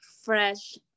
fresh